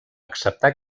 acceptar